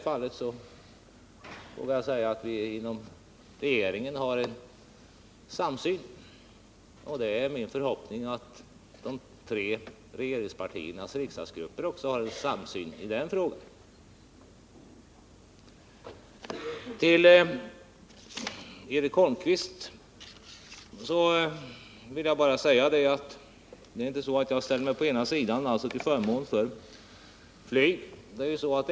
Jag vågar säga att vi inom regeringen i detta fall har en samsyn. Det är min förhoppning att de tre regeringspartiernas riksdagsgrupper också har en samsyn i denna fråga. Till Eric Holmqvist vill jag bara säga att jag inte ställer mig på en sida eller tar ställning till förmån för flyget.